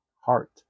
heart